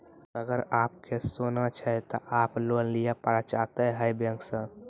अगर आप के सोना छै ते आप लोन लिए पारे चाहते हैं बैंक से?